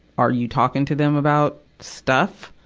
are you talking to them about stuff?